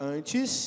Antes